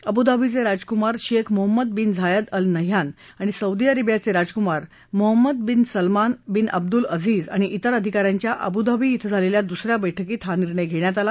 अबूधाबीचे राजकुमार Sheikh Mohammed bin Zayed Al Nahyan आणि Saudi अरेबियाचे राजकुमार Mohammed bin Salman bin Abdul Aziz आणि इतर अधिकाऱ्यांच्या अबुधाबी इथं झालेल्या द्सऱ्या बैठकीत हा निर्णय घेण्यात आला